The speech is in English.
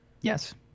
yes